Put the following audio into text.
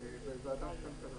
בוועדת כלכלה.